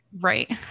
right